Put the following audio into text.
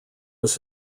was